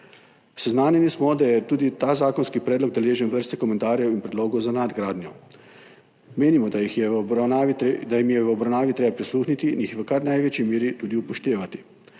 Seznanjeni smo, da je tudi ta zakonski predlog deležen vrste komentarjev in predlogov za nadgradnjo. Menimo, da jim je v obravnavi treba prisluhniti in jih v kar največji meri tudi upoštevati.